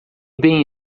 bem